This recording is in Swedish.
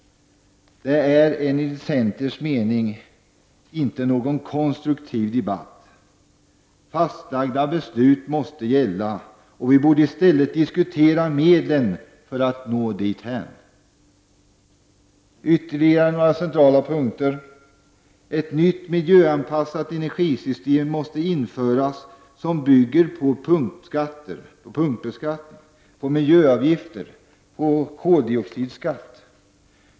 Det är enligt centerns mening inte någon konstruktiv debatt. Fastlagda beslut måste gälla, och vi borde i stället diskutera medlen för att nå dithän. Ytterligare några centrala punkter. Ett nytt miljöanpassat energisystem måste införas som bygger på punktbeskattning, på miljöavgifter, på koldioxidskatt.